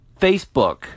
Facebook